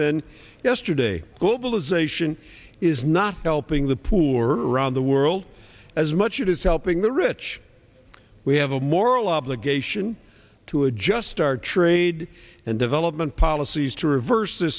than yesterday globalization is not helping the poor around the world as much it is helping the rich we have a moral obligation to adjust our trade and development policies to reverse th